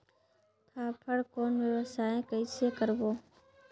फाफण कौन व्यवसाय कइसे करबो?